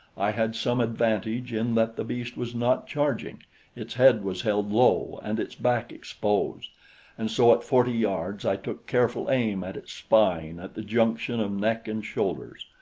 i had some advantage in that the beast was not charging its head was held low and its back exposed and so at forty yards i took careful aim at its spine at the junction of neck and shoulders.